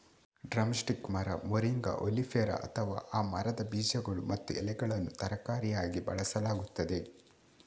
drum stick ಮರ, moringa oleifera, ಅಥವಾ ಆ ಮರದ ಬೀಜಗಳು ಮತ್ತು ಎಲೆಗಳನ್ನು ತರಕಾರಿಯಾಗಿ ಬಳಸಲಾಗುತ್ತದೆ